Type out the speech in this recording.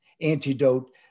antidote